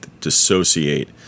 dissociate